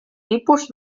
tipus